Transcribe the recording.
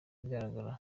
bigaragara